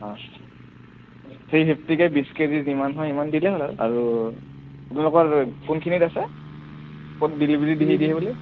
অঁ থ্ৰি ফিফ্টিকে বিছ কেজি যিমান হয় সিমান দিলে হ'ল আৰু আৰু আপোনালোকৰ কোনখিনিত আছে ক'ত ডেলিভাৰী দি